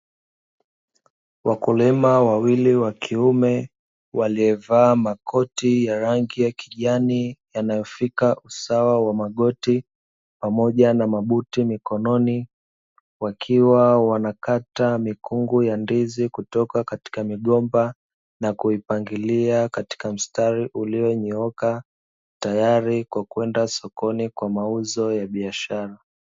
Wakulima wawili wa kiume, waliovaa makoti ya rangi ya kijani yanayofika usawa wa magoti pamoja na mabuti, mikononi wakiwa wanakata mikungu ya ndizi kutoka katika migomba na kuipangilia katika mstari ulionyooka, tayari kwa kwenda sokoni kwa mauzo ya biashara.